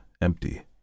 empty